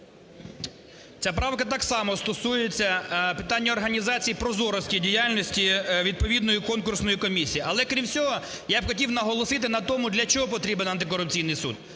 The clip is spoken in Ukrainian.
Ця правка так само стосується питання організації прозорості діяльності відповідної конкурсної комісії. Але, крім всього, я б хотів наголосити на тому, для чого потрібен антикорупційний суд.